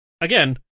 again